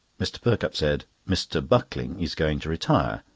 mr. perkupp said mr. buckling is going to retire,